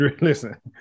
Listen